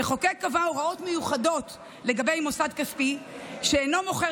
המחוקק קבע הוראות מיוחדות לגבי מוסד כספי שאינו מוכר